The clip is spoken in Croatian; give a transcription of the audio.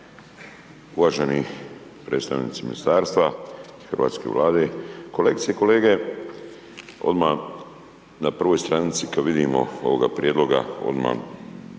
Uvaženi predstavnici ministarstva hrvatske Vlade, kolegice i kolege. Odmah na prvoj stranici kada vidimo ovoga prijedloga odmah